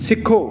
ਸਿੱਖੋ